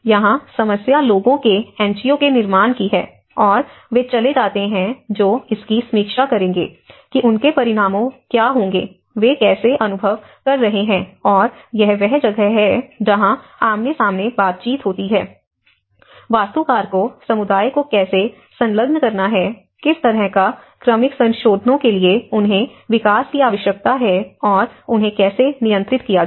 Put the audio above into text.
यहां समस्या लोगों के एनजीओ के निर्माण की है और वे चले जाते हैं जो इसकी समीक्षा करेंगे कि उनके परिणामों क्या होंगे वे कैसा अनुभव कर रहे हैं और यह वह जगह है जहां आमने सामने बातचीत होती है वास्तुकार को समुदाय को कैसे संलग्न करना है किस तरह का क्रमिक संशोधनों के लिए उन्हें विकास की आवश्यकता है और उन्हें कैसे नियंत्रित किया जाए